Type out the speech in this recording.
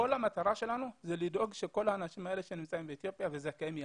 כל המטרה שלנו היא לדאוג שכל האנשים האלה שנמצאים באתיופיה והם זכאים,